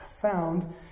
found